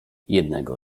jednego